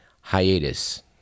hiatus